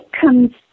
comes